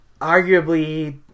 Arguably